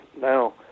now